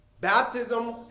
Baptism